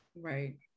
Right